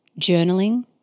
journaling